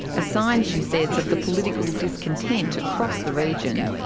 a sign, she says, of the political discontent across the region.